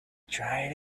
tried